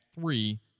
three